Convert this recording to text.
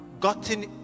gotten